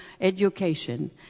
education